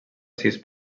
sis